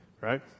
Right